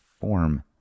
form